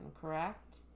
correct